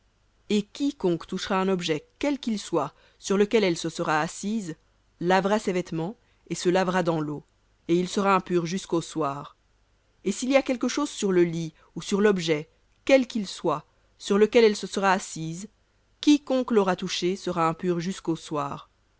et quiconque touchera un objet quel qu'il soit sur lequel elle se sera assise lavera ses vêtements et se lavera dans l'eau et il sera impur jusqu'au soir et s'il y a quelque chose sur le lit ou sur l'objet quel qu'il soit sur lequel elle se sera assise quiconque l'aura touché sera impur jusqu'au soir